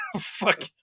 fuck